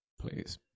please